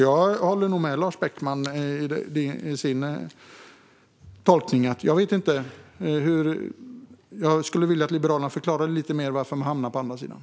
Jag håller nog med Lars Beckman i hans tolkning. Jag skulle vilja att Liberalerna förklarade lite mer varför de hamnar på andra sidan.